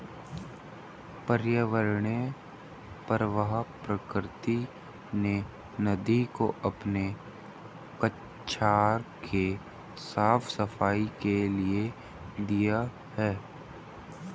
पर्यावरणीय प्रवाह प्रकृति ने नदी को अपने कछार के साफ़ सफाई के लिए दिया है